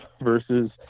versus